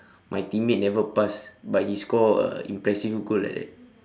my teammate never pass but he score a impressive goal like that